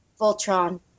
Voltron